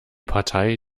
partei